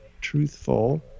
Truthful